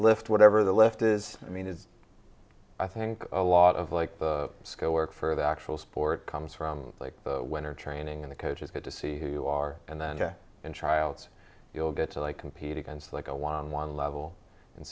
lift whatever the left is i mean it's i think a lot of like sco work for the actual sport comes from like the winter training and the coaches get to see who you are and then in trials you'll get to like compete against like a while on one level and